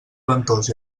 ventós